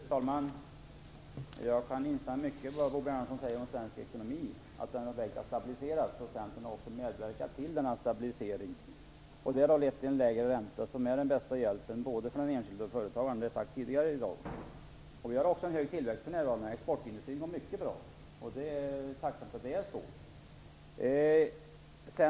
Fru talman! Jag kan instämma i mycket av det som Bo Bernhardsson säger om svensk ekonomi, att den har stabiliserats. Centern har också medverkat till denna stabilisering. Den har lett till en lägre ränta vilket är den bästa hjälpen för både den enskilde och företagaren. Vi har också en hög tillväxt för närvarande. Exportindustrin går mycket bra. Det är tacksamt att det är så.